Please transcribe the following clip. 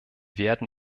werden